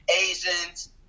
Asians